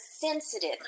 sensitive